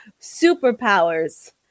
superpowers